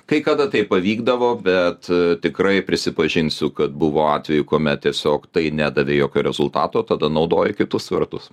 kai kada tai pavykdavo bet tikrai prisipažinsiu kad buvo atvejų kuomet tiesiog tai nedavė jokio rezultato tada naudoji kitus svertus